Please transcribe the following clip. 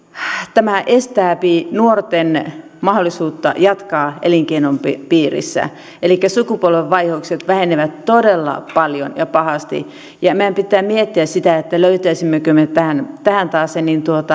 tämä estää nuorten mahdollisuutta jatkaa elinkeinon piirissä elikkä sukupolvenvaihdokset vähenevät todella paljon ja pahasti ja ja meidän pitää miettiä sitä löytäisimmekö me tähän tähän taasen